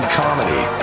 comedy